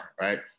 right